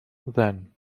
then